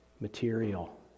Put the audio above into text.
material